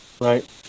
Right